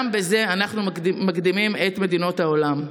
גם בזה אנחנו מקדימים את מדינות העולם.